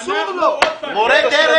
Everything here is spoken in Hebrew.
מורי דרך.